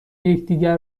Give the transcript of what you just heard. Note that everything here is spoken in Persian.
یکدیگر